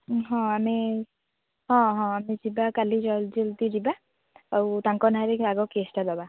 ହଁ ଆମେ ହଁ ହଁ ଆମେ ଯିବା କାଲି ଜଲ୍ଦି ଜଲ୍ଦି ଯିବା ଆଉ ତାଙ୍କ ନାଁରେ ଆଗ କେସ୍ଟା ଦେବା